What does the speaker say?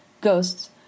ghosts